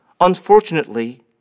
Unfortunately